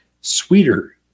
Sweeter